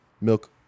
Milk